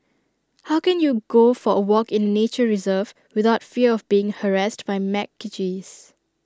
how can you go for A walk in nature reserve without fear of being harassed by macaques